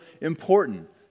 important